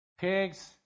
pigs